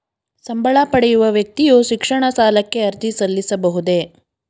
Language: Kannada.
ಸಂಬಳ ಪಡೆಯುವ ವ್ಯಕ್ತಿಯು ಶಿಕ್ಷಣ ಸಾಲಕ್ಕೆ ಅರ್ಜಿ ಸಲ್ಲಿಸಬಹುದೇ?